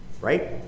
Right